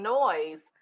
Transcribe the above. noise